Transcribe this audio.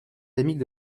endémique